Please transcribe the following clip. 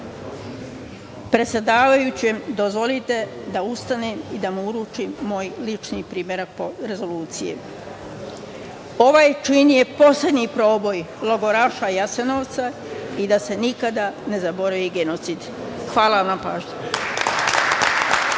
predsedavajućem dozvolite da ustanem i da mu uručim moj lični primerak rezolucije. Ovaj čin je poslednji proboj logoraša Jasenovca i da se nikada ne zaboravi genocid. Hvala vam na pažnji.